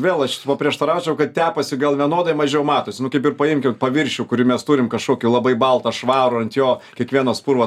vėl aš paprieštaraučiau kad tepasi gal vienodai mažiau matosi nu kaip ir paimkim paviršių kurį mes turim kažkokių labai baltą švarų ant jo kiekvienas purvo